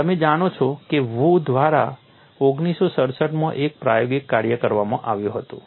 તમે જાણો છો કે વુ દ્વારા 1967 માં એક પ્રાયોગિક કાર્ય કરવામાં આવ્યું હતું